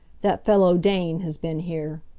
that fellow dane has been here.